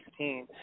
2016